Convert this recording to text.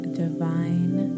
divine